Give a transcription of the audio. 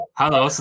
hello